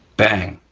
bang,